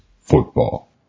Football